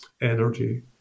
energy